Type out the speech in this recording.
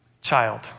child